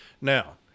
Now